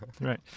Right